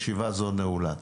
ישיבה זו נעולה.